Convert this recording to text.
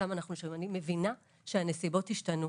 אני מבינה שהנסיבות השתנו.